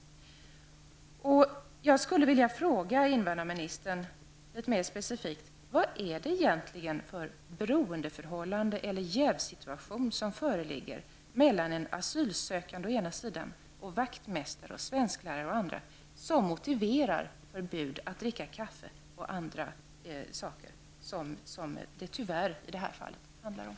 Jag skulle litet mer specifikt vilja fråga invandrarministern: Vad är det egentligen för beroendeförhållande eller jävssituation som föreligger mellan en asylsökande å ena sidan och vaktmästare och svensklärare å andra sidan som motiverar förbud mot att dricka kaffe tillsammans, vilket det tyvärr handlar om i det här fallet?